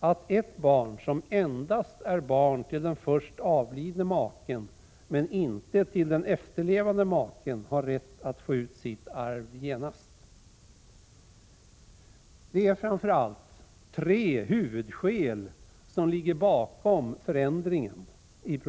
att ett barn som endast är barn till den först avlidne maken, men inte till den efterlevande maken, har rätt att få ut sitt arv genast. Det är framför allt tre huvudskäl som ligger bakom förändringen. 1.